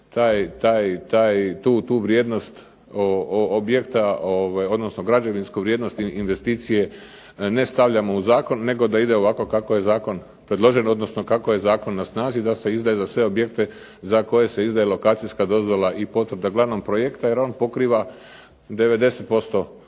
taj, tu vrijednost objekta odnosno građevinsku vrijednost investicije ne stavljamo u zakon, nego da ide ovako kako je zakon predložen odnosno kako je zakon na snazi da se izdaje za sve objekte za koje se izdaje lokacijska dozvola i potvrda glavnog projekta jer on pokriva 90% objekata.